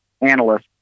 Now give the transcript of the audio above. analysts